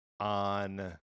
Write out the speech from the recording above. on